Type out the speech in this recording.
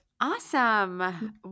Awesome